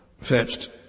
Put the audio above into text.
fetched